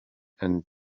and